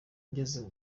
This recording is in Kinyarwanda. ngeze